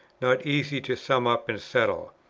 not easy to sum up and settle.